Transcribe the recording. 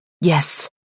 Yes